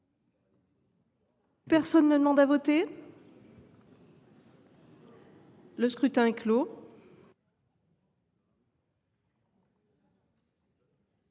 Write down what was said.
Personne ne demande plus à voter ?… Le scrutin est clos.